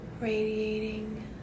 radiating